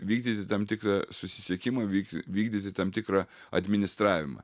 vykdyti tam tikrą susisiekimą vykdi vykdyti tam tikrą administravimą